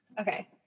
okay